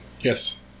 Yes